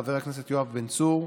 חבר הכנסת יואב בן צור,